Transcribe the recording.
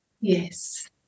Yes